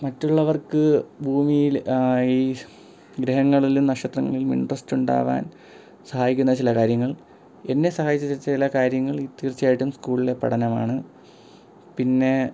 മറ്റുള്ളവർക്ക് ഭൂമിയിൽ ഈ ഗൃഹങ്ങളിലും നക്ഷത്രങ്ങളിലും ഇൻട്രസ്റ്റുണ്ടാകാൻ സഹായിക്കുന്ന ചില കാര്യങ്ങൾ എന്നെ സഹായിച്ച ചില കാര്യങ്ങൾ തീർച്ചയായിട്ടും സ്കൂളിലെ പഠനമാണ് പിന്നെ